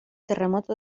terremoto